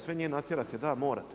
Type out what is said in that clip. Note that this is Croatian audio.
Sve njih natjerati da, morate.